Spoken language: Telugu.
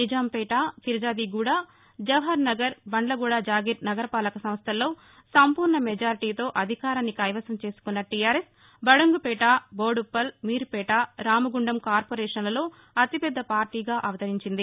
నిజాంపేట ఫిర్ణాదిగూడ జవహర్నగర్ బంద్లగూడ జాగీర్ నగరపాలక సంస్టల్లో సంపూర్ణ మెజారిటీతో అధికారాన్ని కైవసం చేసుకున్న టీఆర్ ఎస్ బడంగ్పేట బోడుప్పల్ మీర్పేట రామగుండం కార్పొరేషన్లలో అతిపెద్ద పార్టీగా అవతరించింది